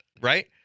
Right